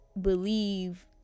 believe